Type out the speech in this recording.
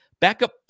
Backup